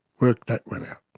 work that one out.